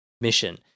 mission